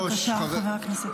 בבקשה, חבר הכנסת טל.